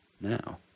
now